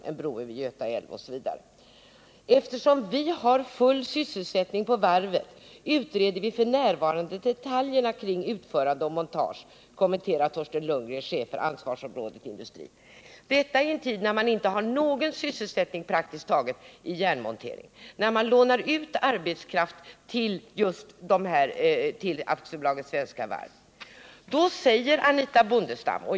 Facket i Järnmontering får alltså läsa följande i Talröret: ”Eftersom vi har full sysselsättning på varvet, utreder vi för närvarande detaljerna kring utförande och montage, kommenterar Torsten Lundgren, chef för ansvarsområdet Industri.” Detta uttalande offentliggörs i en tid när man praktiskt taget inte har någon sysselsättning i Järnmontering, när Järnmontering lånar ut arbetskraft till AB Svenska Varv.